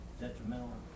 detrimental